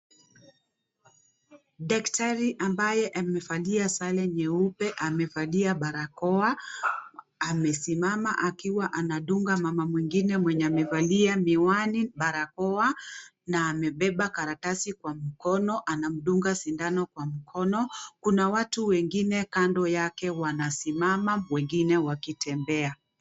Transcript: Daktari ambaye amevalia sare nyeupe amevalia barakoa amesimama akiwa anadunga mama mwingine mwenye amevalia miwani barakoa na amebeba karatasi kwa mkono anamdunga sindano kwa mkono kuna watu wengine kando yake wanasimama wengine wakitembea.